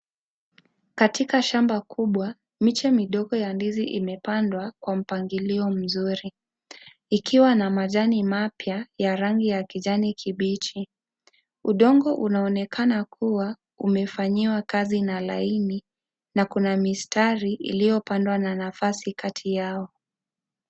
Katika shamba kubwa miche midogo ya ndizi imepandwa kwa mpangilio mzuri, ikiwa na majani mapya ya rangi ya kijani kibichi, udongo unaonekana kuwa umefanyiwa kazi na laini na kuna mistari iliopandwa na nafasi katikati yao.